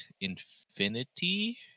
Infinity